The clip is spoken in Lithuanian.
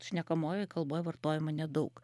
šnekamojoj kalboj vartojama nedaug